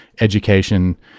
education